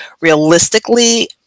Realistically